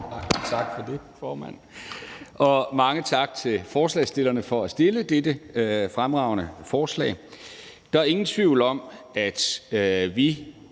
Tak for det, formand, og mange tak til forslagsstillerne for at have fremsat dette fremragende forslag. Der er ingen tvivl om, at vi